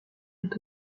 est